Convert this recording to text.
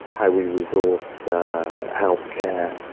how we resource healthcare